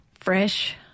fresh